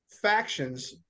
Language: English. factions